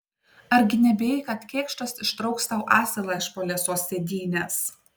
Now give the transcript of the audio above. argi nebijai kad kėkštas ištrauks tau asilą iš po liesos sėdynės